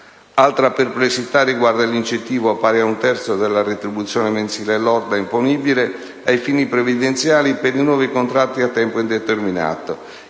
Altra perplessità riguarda l'incentivo, pari ad un terzo della retribuzione mensile lorda imponibile ai fini previdenziali, per i nuovi contratti a tempo indeterminato,